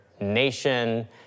nation